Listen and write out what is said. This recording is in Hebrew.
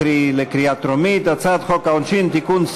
קרי לקריאה טרומית: הצעת חוק העונשין (תיקון,